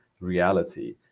reality